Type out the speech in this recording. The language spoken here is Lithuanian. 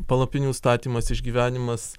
palapinių statymas išgyvenimas